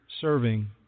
serving